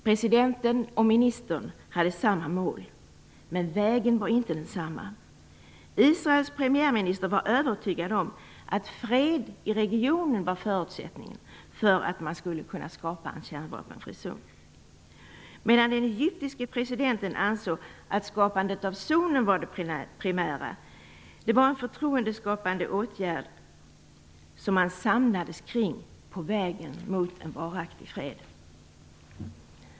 Presidenten och ministern hade samma mål. Men vägen var inte densamma. Israels premiärminister var övertygad om att fred i regionen var förutsättningen för att man skulle kunna skapa en kärnvapenfri zon, medan den egyptiske presidenten ansåg att skapandet av zonen var det primära. Det var en förtroendeskapande åtgärd som man samlades kring på vägen mot en varaktig fred.